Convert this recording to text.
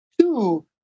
two